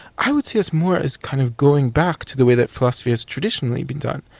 i would see us more as kind of going back to the way that philosophy has traditionally been done.